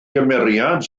gymeriad